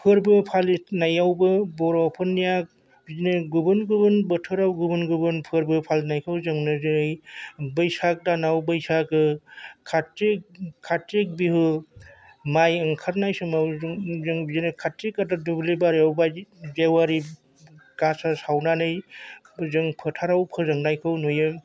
फोरबो फालिनायावबो बर'फोरनिया बिदिनो गुबुन गुबुन बोथोराव गुबुन गुबुन फोरबो फालिनायखौ जोङो जेरै बैसागो दानाव बैसागो कार्तिक बिहु माइ ओंखारनाय समाव जों बिदिनो कार्तिक दुब्लि बारियाव बायदि जेवारि गासा सावनानै जों फोथाराव फोजोंनायखौ नुयो